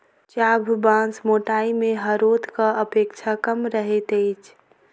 चाभ बाँस मोटाइ मे हरोथक अपेक्षा कम रहैत अछि